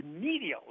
immediately